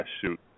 shoot